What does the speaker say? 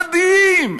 מדהים.